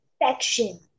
perfection